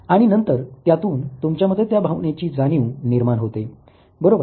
आणि नंतर त्यातून तुमच्यामध्ये त्या भावनेची जाणीव निर्माण होते बरोबर